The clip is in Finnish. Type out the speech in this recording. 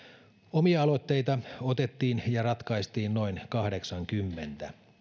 omia aloitteita otettiin ja ratkaistiin noin kahdeksaskymmenes